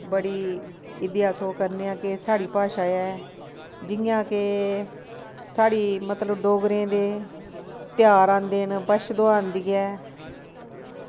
बड़ी एह्दी ओह् करने आं कि साढ़ी भाशा ऐ जियां के साढ़ी मतलव डोगरें दे ध्यार आंदे न बच्छदुआह् आंदी ऐ